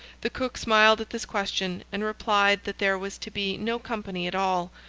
the cook smiled at this question, and replied that there was to be no company at all,